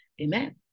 Amen